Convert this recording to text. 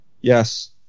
Yes